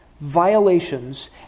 violations